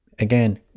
Again